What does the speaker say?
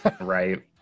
right